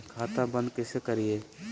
खाता बंद कैसे करिए?